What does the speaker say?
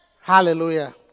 Hallelujah